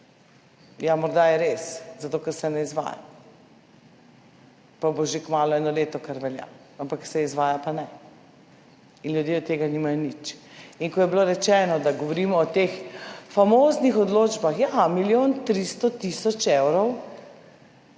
Ja, morda je res, zato ker se ne izvaja, pa bo že kmalu eno leto, kar velja, ampak se izvaja pa ne in ljudje od tega nimajo nič. In ko je bilo rečeno, da govorimo o teh famoznih odločbah, ja, milijon 300 tisoč evrov